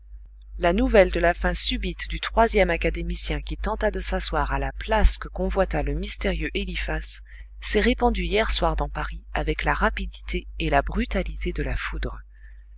la nouvelle de la fin subite du troisième académicien qui tenta de s'asseoir à la place que convoita le mystérieux eliphas s'est répandue hier soir dans paris avec la rapidité et la brutalité de la foudre